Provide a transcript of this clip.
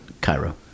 Cairo